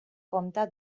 compte